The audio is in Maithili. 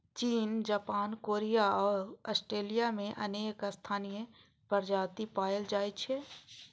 चीन, जापान, कोरिया आ ऑस्ट्रेलिया मे अनेक स्थानीय प्रजाति पाएल जाइ छै